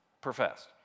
professed